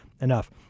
enough